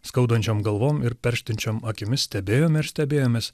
skaudančiom galvom ir perštinčiom akimis stebėjom ir stebėjomės